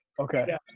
Okay